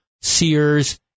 Sears